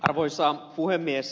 arvoisa puhemies